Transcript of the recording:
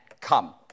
come